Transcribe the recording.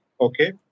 okay